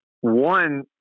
One